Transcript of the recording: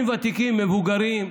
אבל אזרחים ותיקים, מבוגרים?